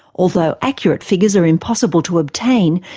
although accurate figures are impossible to obtain,